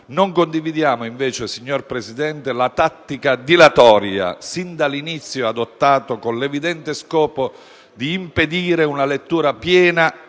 Non condividiamo, invece, signor Presidente, la tattica dilatoria sin dall'inizio adottata con l'evidente scopo di impedire una lettura piena